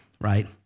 right